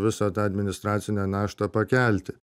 visą tą administracinę naštą pakelti